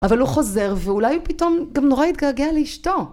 אבל הוא חוזר, ואולי הוא פתאום גם נורא יתגעגע לאשתו.